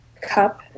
cup